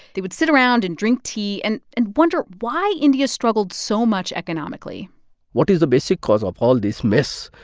they would sit around and drink tea and and wonder why india struggled so much economically what is the basic cause of all this mess?